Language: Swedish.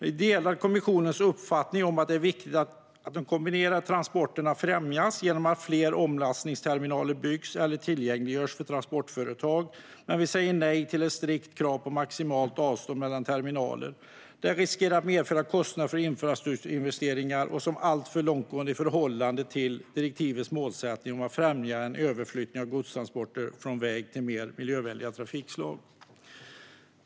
Vi delar kommissionens uppfattning att det är viktigt att de kombinerade transporterna främjas genom att fler omlastningsterminaler byggs eller tillgängliggörs för transportföretag. Men vi säger nej till ett strikt krav på maximalt avstånd mellan terminaler. Det riskerar att medföra kostnader för infrastrukturinvesteringar och är alltför långtgående i förhållande till direktivets målsättning om att främja en överflyttning av godstransporter från väg till mer miljövänliga trafikslag.